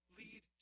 lead